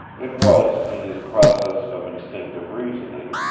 it was, in his process of instinctive reasoning,